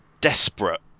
desperate